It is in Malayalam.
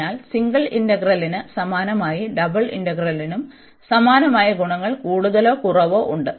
അതിനാൽ സിംഗിൾ ഇന്റഗ്രലിന് സമാനമായി ഡബിൾ ഇന്റഗ്രലിനും സമാനമായ ഗുണങ്ങൾ കൂടുതലോ കുറവോ ഉണ്ട്